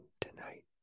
tonight